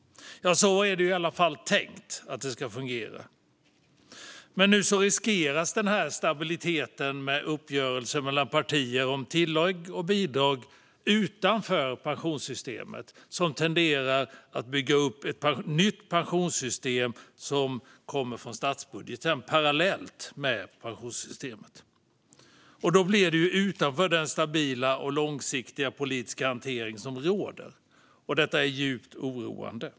Så är det i alla fall tänkt att fungera. Men nu riskeras denna stabilitet genom uppgörelser mellan partier om tillägg och bidrag utanför pensionssystemet. Det riskerar att leda till att det byggs upp ett nytt pensionssystem som kommer från statsbudgeten parallellt med det nuvarande pensionssystemet. Det hamnar utanför den stabila och långsiktiga politiska hantering som råder. Detta är djupt oroande.